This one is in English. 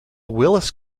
willis